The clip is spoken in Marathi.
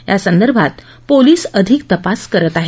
यासंदर्भात पोलिस अधिक तपास करत आहेत